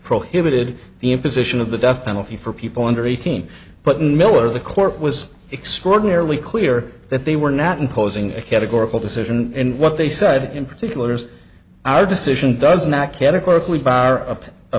prohibited the imposition of the death penalty for people under eighteen but in miller the court was extraordinarily clear that they were not imposing a categorical decision in what they said in particulars our decision does